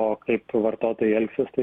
o kaip vartotojai elgsis tai